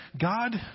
God